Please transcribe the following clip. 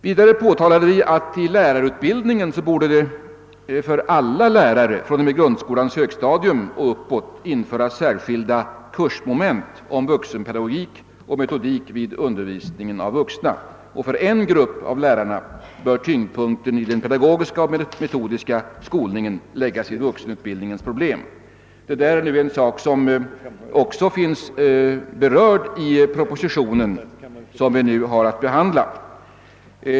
Vidare påtalade vi att det i lärarutbildningen för alla lärare fr.o.m. grundskolans högstadium och uppåt borde införas särskilda kursmoment om vuxenpedagogik och metodik wvid undervisningen av vuxna. För en grupp av lärare bör tyngdpunkten i den pedagogiska och metodiska skolningen läggas vid vuxenutbildningens problem. Detta är en sak som också finns berörd i den proposition som vi nu har att behandla.